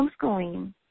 homeschooling